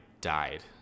Died